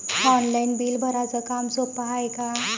Online bill भराच काम सोपं हाय का?